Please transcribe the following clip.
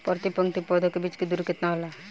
प्रति पंक्ति पौधे के बीच की दूरी केतना होला?